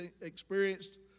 experienced